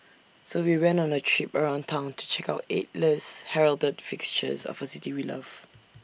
so we went on A traipse around Town to check out eight less heralded fixtures of A city we love